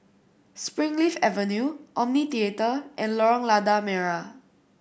Springleaf Avenue Omni Theatre and Lorong Lada Merah